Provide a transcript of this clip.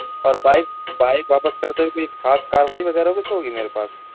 اور bike bike واپس کرتے ہوئے کوئی ایک خاص کاروائی وغیرہ کچھ ہوگی میرے پاس